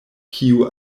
kiu